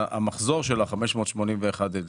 המחזור שלה הוא 581 אלף.